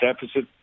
deficit